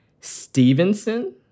Stevenson